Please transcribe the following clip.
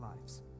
lives